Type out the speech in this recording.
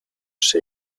się